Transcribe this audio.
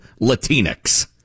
Latinx